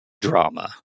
drama